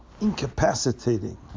incapacitating